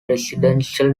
residential